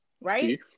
right